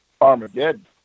Armageddon